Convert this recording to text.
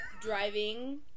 driving